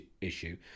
issue